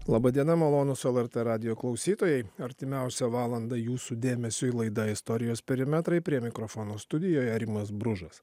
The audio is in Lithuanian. laba diena malonūs lrt radijo klausytojai artimiausią valandą jūsų dėmesiui laida istorijos perimetrai prie mikrofono studijoje rimas bružas